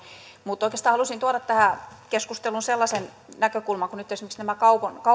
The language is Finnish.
mutta oikeastaan halusin tuoda tähän keskusteluun yhden näkökulman kun nyt esimerkiksi nämä kaupan